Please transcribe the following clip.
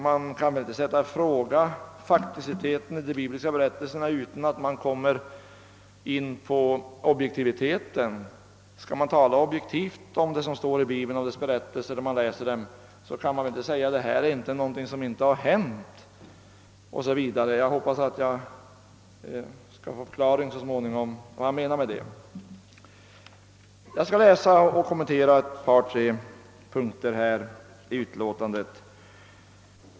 Man kan väl inte sätta i fråga fakticiteten i de bibliska berättelserna utan att man kommer in på objektiviteten. Skall man tala objektivt om Bibeln och dess berättelser, kan man väl inte säga, att vad som där skildras är någonting som inte hänt. Jag hoppas att jag så småningom skall få en förklaring till vad herr Arvidson menade med ordet fakticitet. Jag skall sedan kommentera ett par, tre punkter i utlåtandet.